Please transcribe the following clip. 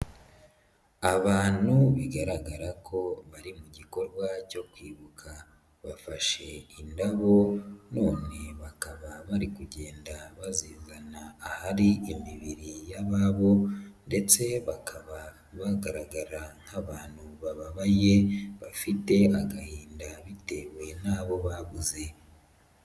Abantu bigaragara ko bari mu gikorwa cyo kwibuka, bafashe indabo none bakaba bari kugenda bazizana ahari imibiri y'ababo ndetse bakaba bagaragara nk'abantu bababaye bafite agahinda bitewe n'abo babuze.